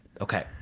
Okay